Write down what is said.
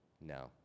No